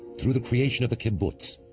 through the creation of the kibbutz,